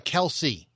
Kelsey